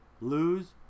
Lose